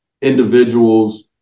individuals